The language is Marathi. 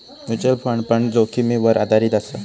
म्युचल फंड पण जोखीमीवर आधारीत असा